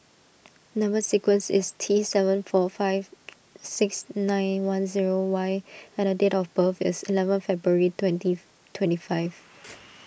Number Sequence is T seven four five six nine one zero Y and date of birth is eleven February twenty twenty five